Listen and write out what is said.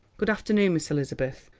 good afternoon, miss elizabeth.